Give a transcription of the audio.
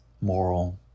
moral